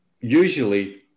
usually